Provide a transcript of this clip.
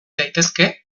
daitezke